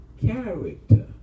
character